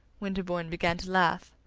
winterbourne began to laugh.